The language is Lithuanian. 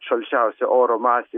šalčiausia oro masė